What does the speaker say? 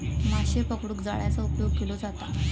माशे पकडूक जाळ्याचा उपयोग केलो जाता